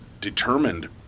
determined